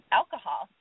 alcohol